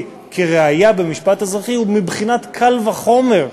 כראיה במשפט אזרחי הוא בבחינת קל וחומר.